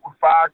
five